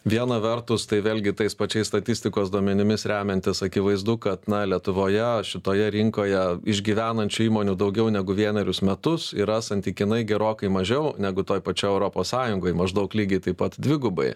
viena vertus tai vėlgi tais pačiais statistikos duomenimis remiantis akivaizdu kad na lietuvoje šitoje rinkoje išgyvenančių įmonių daugiau negu vienerius metus yra santykinai gerokai mažiau negu toj pačioj europos sąjungoj maždaug lygiai taip pat dvigubai